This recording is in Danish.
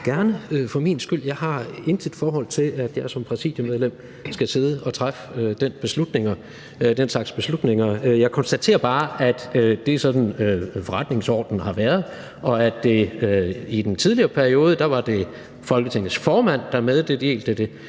for min skyld. Jeg har intet forhold til, at jeg som præsidiemedlem skal sidde og træffe den slags beslutninger. Jeg konstaterer bare, at det er sådan, forretningsordenen har været. I den tidligere periode var det Folketingets formand, der meddelte det.